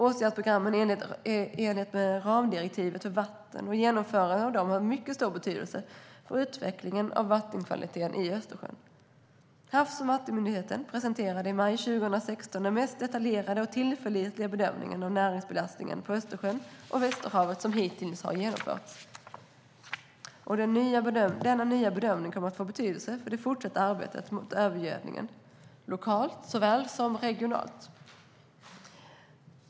Åtgärdsprogrammen enligt ramdirektivet för vatten och genomförandet av dem är av stor betydelse för utvecklingen av vattenkvaliteten i Östersjön. Havs och vattenmyndigheten presenterade i maj 2016 den mest detaljerade och tillförlitliga bedömningen av näringsbelastningen på Östersjön och Västerhavet som hittills genomförts. Den nya bedömningen kommer att få betydelse för det fortsatta arbetet mot övergödningen, lokalt såväl som regionalt.